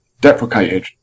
deprecated